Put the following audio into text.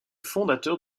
fondateur